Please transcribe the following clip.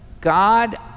God